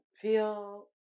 feel